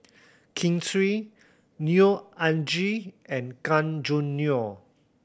Kin Chui Neo Anngee and Gan Choo Neo